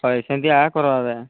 ଶହେ ସେମିତି କରବା ବେ